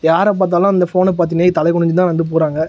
யாரை பார்த்தாலும் அந்த ஃபோனை பார்த்துன்னே தலை குனிஞ்சு தான் வந்து போகிறாங்க